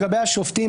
לגבי השופטים,